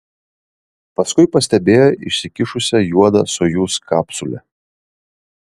paskui pastebėjo išsikišusią juodą sojuz kapsulę